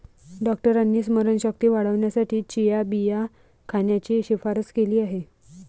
डॉक्टरांनी स्मरणशक्ती वाढवण्यासाठी चिया बिया खाण्याची शिफारस केली आहे